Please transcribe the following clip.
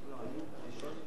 אדוני היושב-ראש,